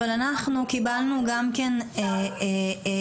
אבל אנחנו קיבלנו גם כן פניות,